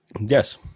yes